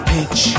Pitch